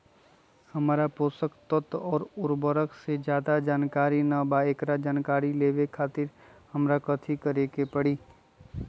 हमरा पोषक तत्व और उर्वरक के ज्यादा जानकारी ना बा एकरा जानकारी लेवे के खातिर हमरा कथी करे के पड़ी?